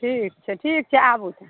ठीक छै ठीक छै आबथु